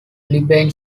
libyan